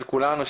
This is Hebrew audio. של כולנו,